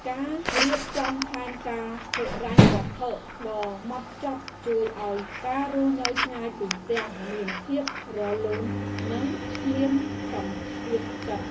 ការរៀបចំផែនការហិរញ្ញវត្ថុដ៏ហ្មត់ចត់ជួយឱ្យការរស់នៅឆ្ងាយពីផ្ទះមានភាពរលូននិងគ្មានសម្ពាធចិត្ត។